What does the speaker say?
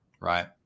Right